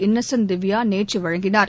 Innocent Divya நேற்று வழங்கினார்